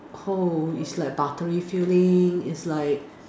oh it's like buttery feeling it's like